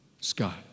Scott